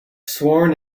sworn